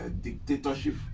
dictatorship